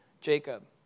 Jacob